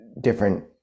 different